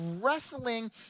wrestling